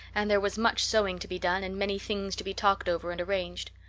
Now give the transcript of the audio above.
and there was much sewing to be done, and many things to be talked over and arranged.